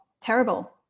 terrible